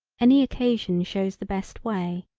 any occasion shows the best way.